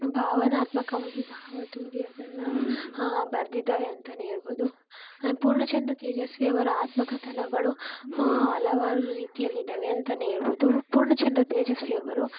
ಭಾವನಾತ್ಮಕವಾಗಿ ಭಾವ ತುಂಬಿ ಅದನ್ನು ಬರ್ದಿದ್ದಾರೆ ಅಂತಲೇ ಹೇಳ್ಬೌದು ಪೂರ್ಣಚಂದ್ರ ತೇಜಸ್ವಿಯವರ ಆತ್ಮಕಥನಗಳು ಹಲವಾರು ರೀತಿಯಲ್ಲಿ ಇದಾವೆ ಅಂತಲೇ ಹೇಳ್ಬೌದು ಪೂರ್ಣಚಂದ್ರ ತೇಜಸ್ವಿಯವರು